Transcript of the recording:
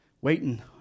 Waiting